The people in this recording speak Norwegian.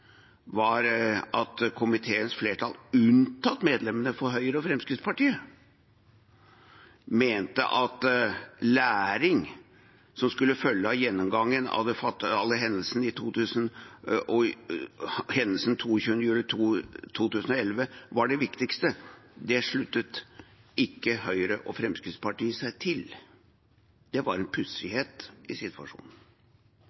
var at komiteens flertall, unntatt medlemmene fra Høyre og Fremskrittspartiet, mente at læring som skulle følge av gjennomgangen av hendelsene 22. juli 2011, var det viktigste. Det sluttet ikke Høyre og Fremskrittspartiet seg til. Det var en